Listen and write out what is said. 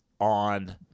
on